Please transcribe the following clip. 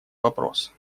вопрос